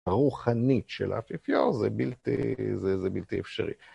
הרוחנית של האפיפיור זה בלתי אפשרי